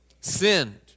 Sinned